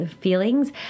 feelings